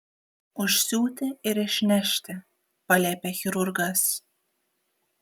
užsiūti ir išnešti paliepė chirurgas